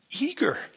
eager